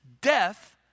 death